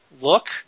look